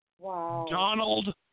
Donald